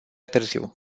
târziu